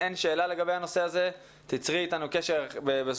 תצרי איתנו קשר.